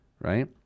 right